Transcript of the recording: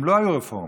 הם לא היו רפורמים,